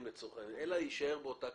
לצורך העניין אלא יישאר באותה קטגוריה.